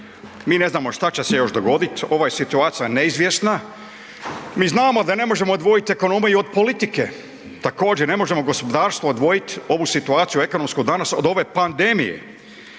mi ne znamo šta će se još dogoditi, ovo je situacija neizvjesna. Mi znamo da ne možemo odvojiti ekonomiju od politike, također ne možemo gospodarstvo odvojiti, ovu situaciju ekonomsku od ove pandemije.